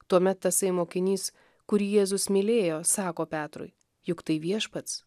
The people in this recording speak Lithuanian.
tuomet tasai mokinys kurį jėzus mylėjo sako petrui juk tai viešpats